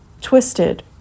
twisted